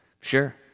sure